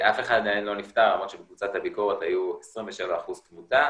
אף אחד מהם לא נפטר למרות שבקבוצת הביקורת היה 27% תמותה.